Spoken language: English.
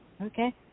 Okay